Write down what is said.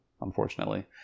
unfortunately